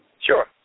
Sure